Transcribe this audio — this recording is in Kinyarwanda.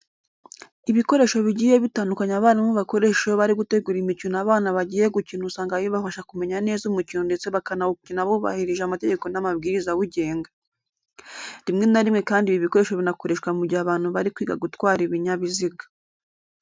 Ibikoresho bigiye bitandukanye abarimu bakoresha iyo bari gutegura imikino abana bagiye gukina usanga bibafasha kumenya neza umukino ndetse bakanawukina bubahirije amategeko n'amabwiriza awugenga. Rimwe na rimwe kandi ibi bikoresho binakoreshwa mu igihe abantu bari kwiga gutwara ibinyabiziga.